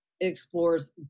explores